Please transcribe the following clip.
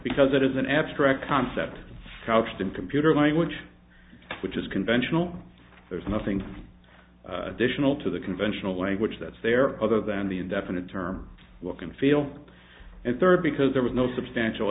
because it is an abstract concept couched in computer language which is conventional there's nothing additional to the conventional language that's there other than the indefinite term look and feel and third because there was no substantial